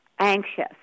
anxious